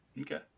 Okay